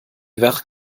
vert